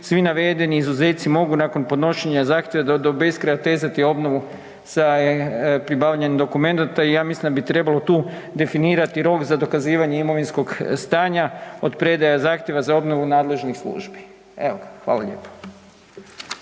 svi navedeni izuzeci mogu nakon podnošenja zahtjeva do beskraja otezati obnovu za pribavljanjem dokumenata i ja mislim da bi trebalo tu definirati rok za dokazivanje imovinskog stanja, od predaje zahtjeva za obnovu nadležnih službi. Evo, hvala lijepo.